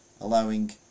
allowing